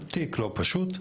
תיק לא פשוט,